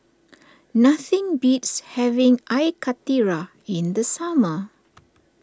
nothing beats having Air Karthira in the summer